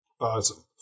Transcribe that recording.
Awesome